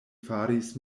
faris